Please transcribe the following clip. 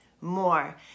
more